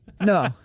no